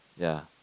ya